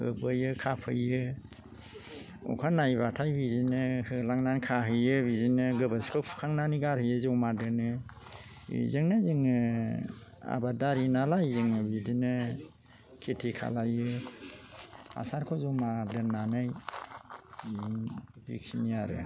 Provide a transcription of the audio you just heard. होबोयो खाफैयो अखा नायबाथाय बिदिनो होलांनानै खाहैयो बिदिनो गोबोरखिखौ फुखांनानै गारहैयो जमा दोनो बेजोंनो जोङो आबादारि नालाय जोङो बिदिनो खेथि खालामो हासारखौ जमा दोननानै बेखिनि आरो